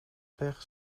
pech